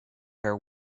her